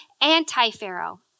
anti-Pharaoh